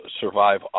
survive